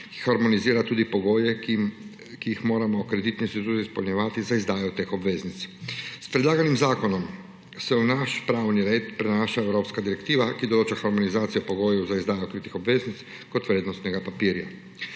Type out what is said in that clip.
ki harmonizira tudi pogoje, ki jih moramo izpolnjevati za izdajo teh obveznic. S predlaganim zakonom se v naš pravni red prenaša evropska direktiva, ki določa harmonizacijo pogojev za izdajo kritih obveznic kot vrednostnega papirja.